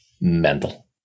mental